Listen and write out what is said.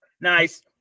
Nice